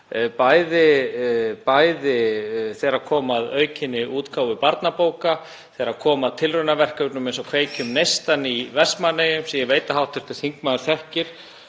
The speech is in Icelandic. mál þegar kom að aukinni útgáfu barnabóka, þegar kom að tilraunaverkefnum eins og Kveikjum neistann í Vestmannaeyjum, sem ég veit að hv. þingmaður þekkir,